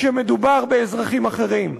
כשמדובר באזרחים אחרים.